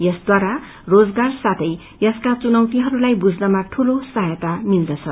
यसद्वारा रोजगार साथै यसका चुनौतीहरूलाई बुझ्नमा दूलो साहायता मिल्दछ